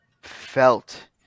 felt